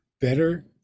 better